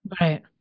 Right